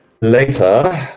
later